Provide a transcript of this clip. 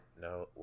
No